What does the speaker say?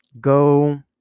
Go